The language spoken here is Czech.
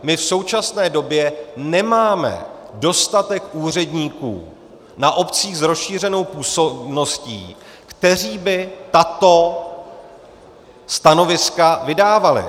My v současné době nemáme dostatek úředníků na obcích s rozšířenou působností, kteří by tato stanoviska vydávali.